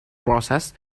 process